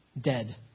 dead